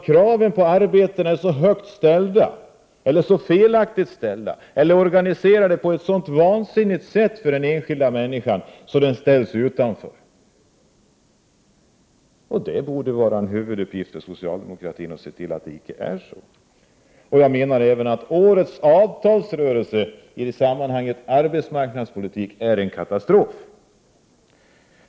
Kraven på arbetstagarna är så högt ställda, eller felaktigt ställda, eller organiserade på ett sådant vansinnigt sätt att den enskilda människan ställs utanför. Det borde vara en huvuduppgift för socialdemokratin att se till att det icke är så. Jag menar även att årets avtalsrörelse i arbetsmarknadspolitiskt avseende är en katastrof!